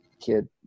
kid